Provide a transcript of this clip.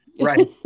Right